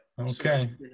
Okay